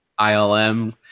ILM